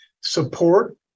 support